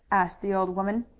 asked the old woman.